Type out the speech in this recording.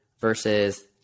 versus